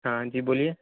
ہاں جی بولیے